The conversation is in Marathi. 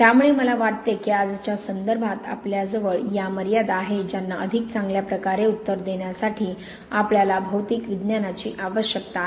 त्यामुळे मला वाटते की आजच्या संदर्भात आपल्याजवळ या मर्यादा आहेत ज्यांना अधिक चांगल्या प्रकारे उत्तर देण्यासाठी आपल्याला भौतिक विज्ञानाची आवश्यकता आहे